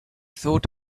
thought